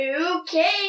Okay